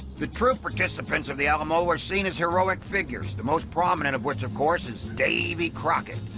the true participants of the alamo were seen as heroic figures, the most prominent of which, of course, is davy crockett,